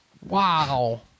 Wow